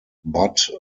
but